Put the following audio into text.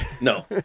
No